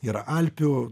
yra alpių